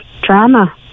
drama